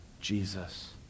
Jesus